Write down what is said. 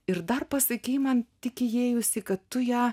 ir dar pasakei man tik įėjusi kad tu ją